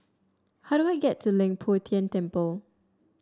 how do I get to Leng Poh Tian Temple